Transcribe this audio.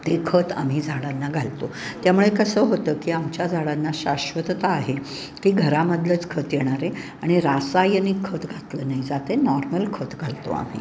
ते खत आम्ही झाडांना घालतो त्यामुळे कसं होतं की आमच्या झाडांना शाश्वतता आहे की घरामधलंच खत येणार आहे आणि रासायनिक खत घातलं नाही जात आहे नॉर्मल खत घालतो आम्ही